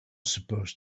supposed